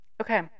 Okay